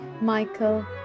Michael